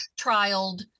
trialed